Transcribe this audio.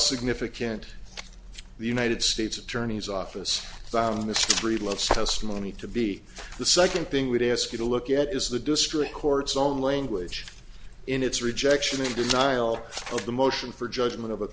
significant the united states attorney's office found this three let's testimony to be the second thing we'd ask you to look at is the district court's own language in its rejection denial of the motion for judgment of a